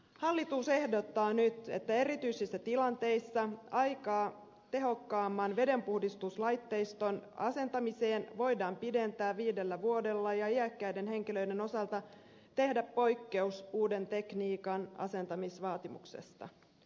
hallitus ehdottaa nyt että erityisissä tilanteissa aikaa tehokkaamman vedenpuhdistuslaitteiston asentamiseen voidaan pidentää viidellä vuodella ja iäkkäiden henkilöiden osalta tehdä poikkeus uuden tekniikan asentamisvaatimuksesta